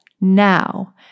now